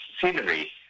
scenery